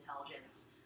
intelligence